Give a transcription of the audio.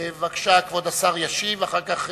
בבקשה, כבוד השר ישיב, ואחר כך